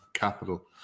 capital